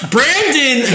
Brandon